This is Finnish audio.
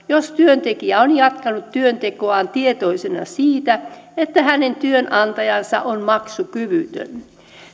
jos työntekijä on jatkanut työntekoaan tietoisena siitä että hänen työnantajansa on maksukyvytön